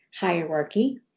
hierarchy